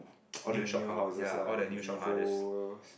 all the new houses ah like a vivos